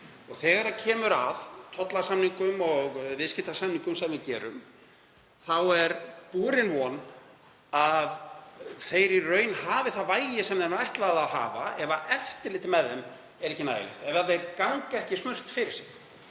Þegar kemur að tollasamningum og viðskiptasamningum sem við gerum er borin von að þeir hafi í raun það vægi sem þeim er ætlað að hafa ef eftirlitið með þeim er ekki nægilegt, ef þeir ganga ekki smurt fyrir sig.